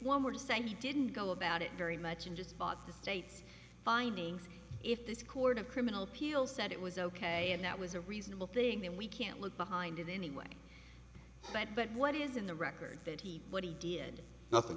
were saying he didn't go about it very much and just bought the state's findings if this court of criminal appeals said it was ok and that was a reasonable thing then we can't look behind it anyway but but what is in the record that he what he did not thin